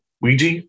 Ouija